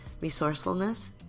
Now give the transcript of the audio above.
resourcefulness